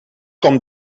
com